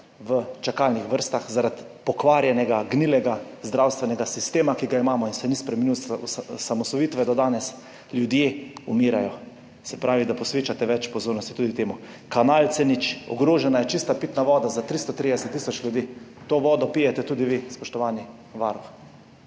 v čakalnih vrstah zaradi pokvarjenega, gnilega zdravstvenega sistema, ki ga imamo in se ni spremenil od osamosvojitve do danes. Ljudje umirajo. Se pravi, da posvečate več pozornosti tudi temu. Kanal C0, ogrožena je čista pitna voda za 330 tisoč ljudi. To vodo pijete tudi vi, spoštovani varuh.